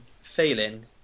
failing